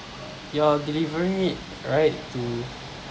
you're delivering it right to